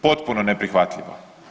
Potpuno neprihvatljivo.